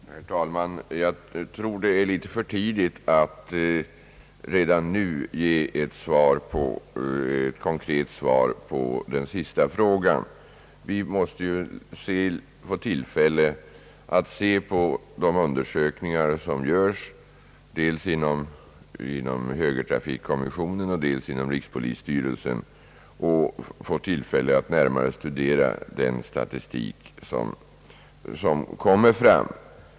Herr talman! Jag tror att det är litet för tidigt att redan nu ge ett konkret svar på den sista frågan. Vi måste ju få tillfälle att se på de undersökningar som görs dels inom högertrafikkommissionen och dels inom rikspolisstyrelsen och att närmare studera den statistik som kommer fram.